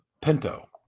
Pinto